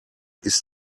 ist